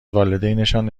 والدینشان